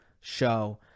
show